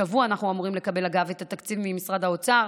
השבוע אנחנו אמורים לקבל את התקציב ממשרד האוצר.